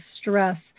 stress